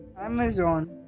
Amazon